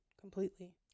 completely